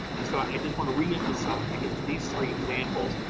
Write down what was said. and so i just want to reemphasize against these three examples,